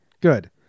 Good